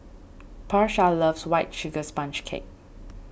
Porsha loves White Sugar Sponge Cake